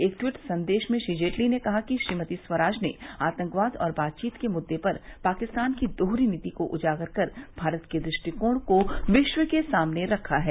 एक ट्वीट संदेश में श्री जेटली ने कहा है कि श्रीमती स्वराज ने आतंकवाद और बातचीत के मुद्दों पर पाकिस्तान की दोहरी नीति को उजागर कर भारत के दृष्टिकोण को विश्व के सामने रखा है